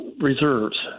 reserves